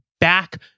back